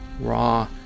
Raw